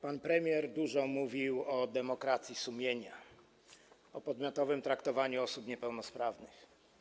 Pan premier dużo mówił o demokracji sumienia, o podmiotowym traktowaniu osób niepełnosprawnych.